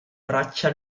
braccia